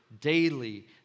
daily